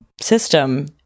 system